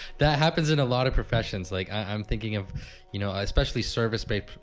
that happens at a lot of professions. like i'm thinking of you know, especially service-based,